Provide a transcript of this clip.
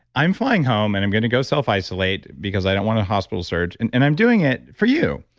i'm flying home and i'm going to go self-isolate because i don't want to hospital surge, and and i'm doing it for you,